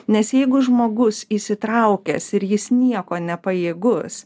nes jeigu žmogus įsitraukęs ir jis nieko nepajėgus